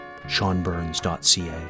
seanburns.ca